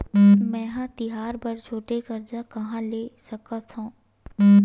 मेंहा तिहार बर छोटे कर्जा कहाँ ले सकथव?